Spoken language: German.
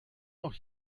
noch